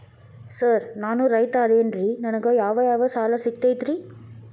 Sir ನಾನು ರೈತ ಅದೆನ್ರಿ ನನಗ ಯಾವ್ ಯಾವ್ ಸಾಲಾ ಸಿಗ್ತೈತ್ರಿ?